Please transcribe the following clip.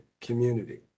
community